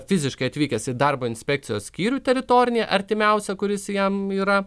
fiziškai atvykęs į darbo inspekcijos skyrių teritorinį artimiausią kuris jam yra